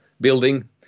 building